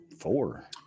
four